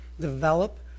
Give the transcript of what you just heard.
develop